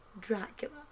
Dracula